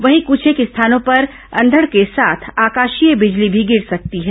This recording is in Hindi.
वहीं कुछेक स्थानों पर अंधड़ के साथ आकाशीय बिजली भी गिर सकती है